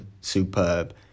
superb